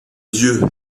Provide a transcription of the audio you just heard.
dieu